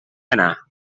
anar